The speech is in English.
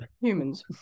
humans